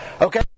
Okay